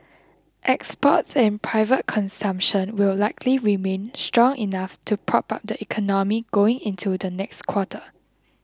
exports and private consumption will likely remain strong enough to prop up the economy going into the next quarter